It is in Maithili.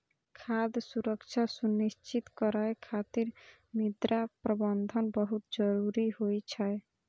खाद्य सुरक्षा सुनिश्चित करै खातिर मृदा प्रबंधन बहुत जरूरी होइ छै